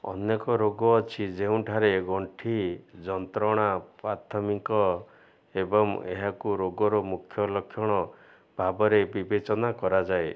ଅନେକ ରୋଗ ଅଛି ଯେଉଁଠାରେ ଗଣ୍ଠି ଯନ୍ତ୍ରଣା ପ୍ରାଥମିକ ଏବଂ ଏହାକୁ ରୋଗର ମୁଖ୍ୟ ଲକ୍ଷଣ ଭାବରେ ବିବେଚନା କରାଯାଏ